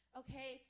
okay